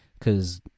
cause